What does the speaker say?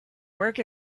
work